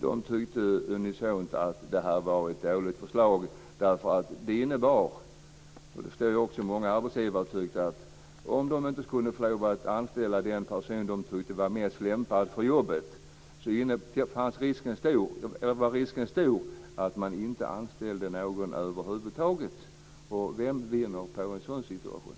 De tyckte unisont att det var ett dåligt förslag, vilket också många arbetsgivare tyckte, därför att det innebar att om arbetsgivare inte skulle få lov att anställa den som tyckte var mest lämpad för jobbet, var risken stor att man inte anställde någon över huvud taget. Vem vinner på en sådan situation?